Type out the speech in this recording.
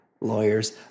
lawyers